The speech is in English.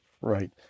Right